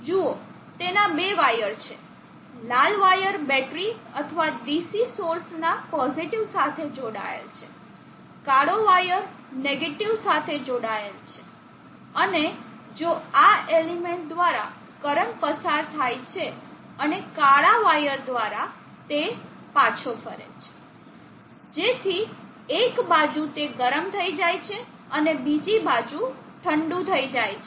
જુઓ તેના બે વાયર છે લાલ વાયર બેટરી અથવા ડીસી સોર્સના પોઝિટીવ સાથે જોડાયેલ છે કાળો વાયર નેગેટીવ સાથે જોડાયેલ છે અને જો આ એલિમેન્ટ દ્વારા કરંટ પસાર થાય છે અને કાળા વાયર દ્વારા તે પાછો ફરે છે જેથી એક બાજુ તે ગરમ થઈ જાય છે અને બીજી બાજુ ઠંડુ થઈ જાય છે